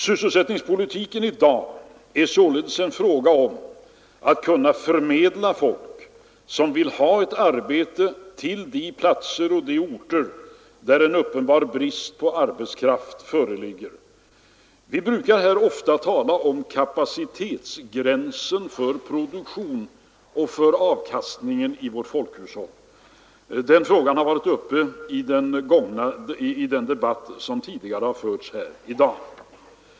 Sysselsättningspolitiken i dag är således en fråga om att kunna förmedla folk som vill ha ett arbete till de platser och orter där en uppenbar brist på arbetskraft föreligger. Vi talar ofta om kapacitetsgränsen för produktion och för avkastning i vårt folkhushåll. Den frågan har berörts i debatten tidigare här i dag.